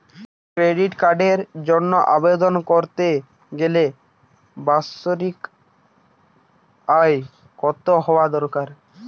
Credit কার্ডের জন্য আবেদন করতে গেলে বার্ষিক আয় কত হওয়া দরকার?